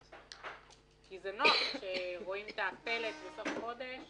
כי זה נוח שרואים את הפלט בסוף החודש